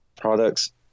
products